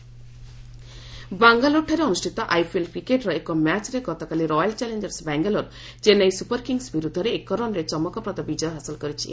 IPL ବାଙ୍ଗାଲୋରଠାରେ ଅନୁଷ୍ଠିତ IPL କ୍ରିକେଟ୍ର ଏକ ମ୍ୟାଚ୍ରେ ଗତକାଲି royal challengers Bangalore Chennai super kings ବିରୁଦ୍ଧରେ ଏକ ରନ୍ରେ ଚମକପ୍ରଦ ବିଜୟ ହାସଲ କରିଛି